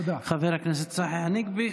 תודה, חבר הכנסת צחי הנגבי.